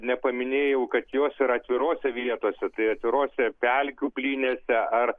nepaminėjau kad jos yra atvirose vietose tai atvirose pelkių plynėse ar